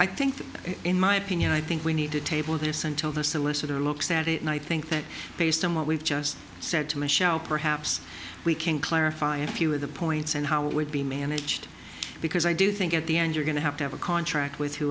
i think in my opinion i think we need to table this until the solicitor looks at it and i think that based on what we've just said to michelle perhaps we can clarify a few of the points and how it would be managed because i do think at the end you're going to have to have a contract with